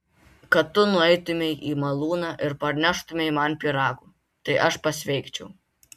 kad tu nueitumei į malūną ir parneštumei man pyragų tai aš pasveikčiau